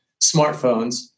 smartphones